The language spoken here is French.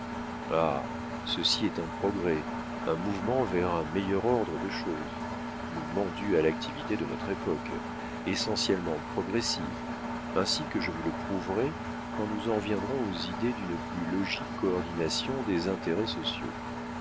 ah ceci est un progrès un mouvement vers un meilleur ordre de choses mouvement dû à l'activité de notre époque essentiellement progressive ainsi que je vous le prouverai quand nous en viendrons aux idées d'une plus logique coordonnation des intérêts sociaux